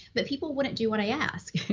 but people wouldn't do what i asked.